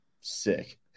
Sick